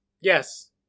Yes